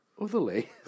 Otherly